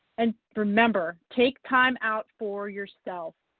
and remember, take time out for yourself.